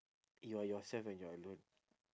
you are yourself when you're alone